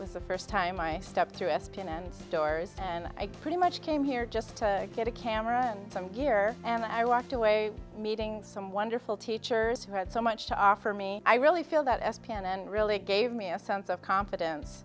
was the first time i stepped through a spin and stores and i pretty much came here just to get a camera and some gear and i walked away meeting some wonderful teachers who had so much to offer me i really feel that s p n and really gave me a sense of confidence